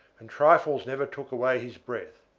and trifles never took away his breath.